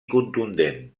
contundent